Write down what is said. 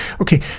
okay